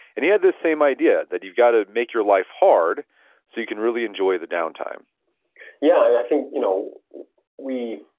and he had this same idea that you've got to make your life hard so you can really enjoy the downtime yeah, think you know we,